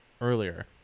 earlier